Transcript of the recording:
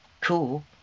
Cool